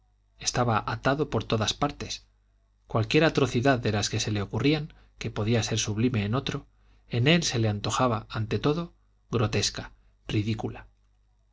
estaba atado por todas partes cualquier atrocidad de las que se le ocurrían que podía ser sublime en otro en él se le antojaba ante todo grotesca ridícula